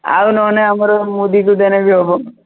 ଆଉ ନ ନାହିଁ ଆମର ମୋଦିକୁ ଦେଲେ ହେବ